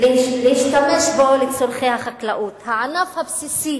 להשתמש בו לצורכי החקלאות, הענף הבסיסי